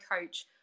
coach